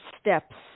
steps